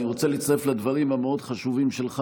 אני רוצה להצטרף לדברים המאוד-חשובים שלך.